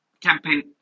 campaign